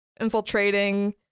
infiltrating